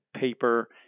paper